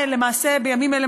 למעשה בימים אלה,